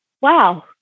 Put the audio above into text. wow